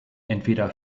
entweder